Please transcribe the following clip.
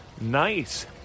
Nice